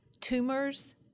tumors